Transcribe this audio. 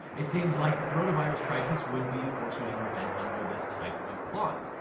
it seems like the coronavirus crisis would be a force majeure event under this type of clause.